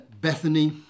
Bethany